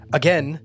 again